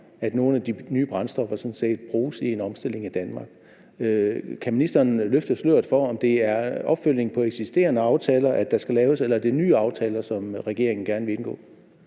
at nogle af de nye brændstoffer sådan set bruges i en omstilling af Danmark. Kan ministeren løfte sløret for, om det er opfølgning på eksisterende aftaler, der skal laves, eller om det er nye aftaler, som regeringen gerne vil indgå?